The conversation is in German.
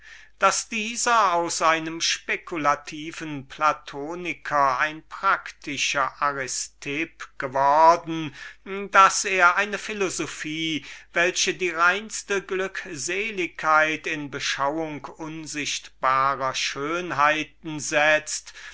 daß dieser aus einem spekulativen platoniker ein praktischer aristipp geworden daß er eine philosophie welche die reinste glückseligkeit in beschauung unsichtbarer schönheiten setzt